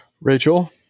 Rachel